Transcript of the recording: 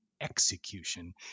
execution